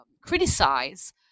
criticize